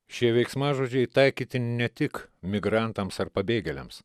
šie veiksmažodžiai taikytini ne tik migrantams ar pabėgėliams